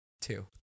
Two